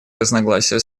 разногласия